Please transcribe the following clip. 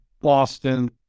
Boston